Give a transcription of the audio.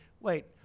Wait